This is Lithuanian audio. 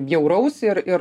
bjauraus ir ir